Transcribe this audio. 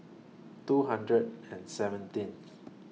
two hundred and seventeenth